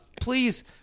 Please